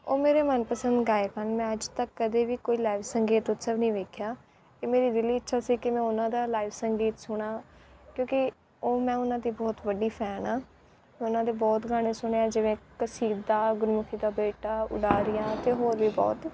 ਉਹ ਮੇਰੇ ਮਨਪਸੰਦ ਗਾਇਕ ਹਨ ਮੈਂ ਅੱਜ ਤੱਕ ਕਦੇ ਵੀ ਕੋਈ ਲਾਈਵ ਸੰਗੀਤ ਉਤਸਵ ਨਹੀਂ ਵੇਖਿਆ ਇਹ ਮੇਰੀ ਦਿਲੀ ਇੱਛਾ ਸੀ ਕਿ ਮੈਂ ਉਹਨਾਂ ਦਾ ਲਾਈਵ ਸੰਗੀਤ ਸੁਣਾ ਕਿਉਂਕਿ ਉਹ ਮੈਂ ਉਹਨਾਂ ਦੀ ਬਹੁਤ ਵੱਡੀ ਫੈਨ ਹਾਂ ਉਹਨਾਂ ਦੇ ਬਹੁਤ ਗਾਣੇ ਸੁਣੇ ਆ ਜਿਵੇਂ ਕਸੀਦਾ ਗੁਰਮੁਖੀ ਦਾ ਬੇਟਾ ਉਡਾਰੀਆਂ ਅਤੇ ਹੋਰ ਵੀ ਬਹੁਤ